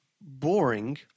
boring